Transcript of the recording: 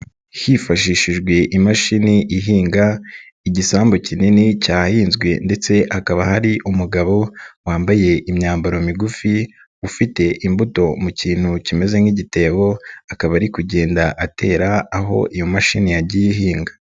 Hifashishijwe imashini ihinga, igisambu kinini cyahinzwe ndetse hakaba hari umugabo wambaye imyambaro migufi, ufite imbuto mu kintu kimeze nk'igitebo, akaba ari kugenda atera aho iyo mashini yagiye ihinga.